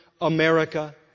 America